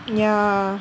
ya